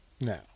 now